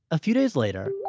a few days later,